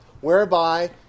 whereby